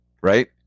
right